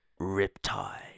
riptide